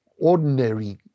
ordinary